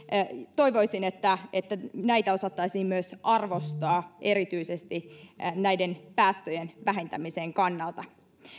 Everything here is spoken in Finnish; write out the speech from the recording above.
toivoisin että näitä osattaisiin myös arvostaa erityisesti näiden päästöjen vähentämisen kannalta